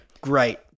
Great